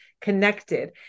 connected